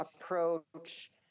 approach